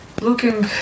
looking